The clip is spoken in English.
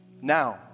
Now